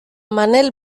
manel